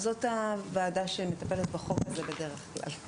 זאת הוועדה שמטפלת בחוק הזה בדרך כלל.